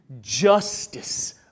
justice